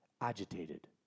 agitated